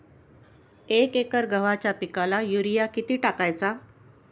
एक एकर गव्हाच्या पिकाला युरिया किती टाकायचा?